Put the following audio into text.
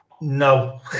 No